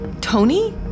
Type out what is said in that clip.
Tony